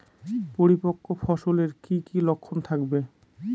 পরিপক্ক ফসলের কি কি লক্ষণ থাকবে?